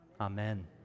Amen